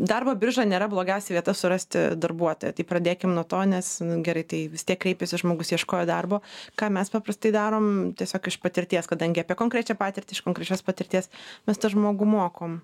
darbo birža nėra blogiausia vieta surasti darbuotoją tai pradėkim nuo to nes nu gerai tai vis tiek kreipėsi žmogus ieškojo darbo ką mes paprastai darom tiesiog iš patirties kadangi apie konkrečią patirtį iš konkrečios patirties mes tą žmogų mokom